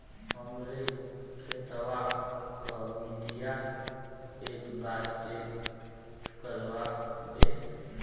हमरे खेतवा क मटीया एक बार चेक करवा देत?